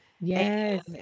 yes